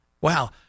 Wow